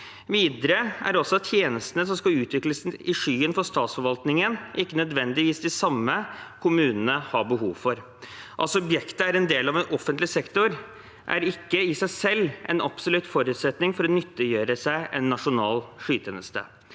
Videre er også tjenestene som skal utvikles i skyen for statsforvaltningen, ikke nødvendigvis de samme som kommunene har behov for. At subjektet er en del av en offentlig sektor, er ikke i seg selv en absolutt forutsetning for å nyttiggjøre seg en nasjonal skytjeneste.